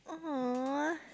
!aww!